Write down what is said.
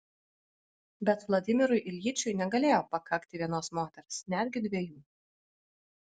bet vladimirui iljičiui negalėjo pakakti vienos moters netgi dviejų